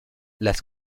las